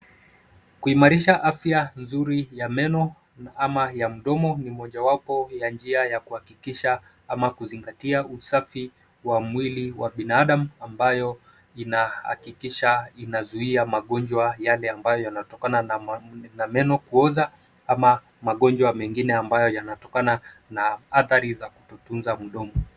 Kuimarisha afya nzuri ya meno ama ya mdomo ni mojawapo ya njia ya kuhakikisha ama kuzingatia usafi wa mwili wa binadamu, ambayo inahakikisha inazuia magonjwa yale ambayo yanatokana na meno kuoza ama magonjwa mengine ambayo yanatokana na athari za kutotunza mdomo.